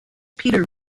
peter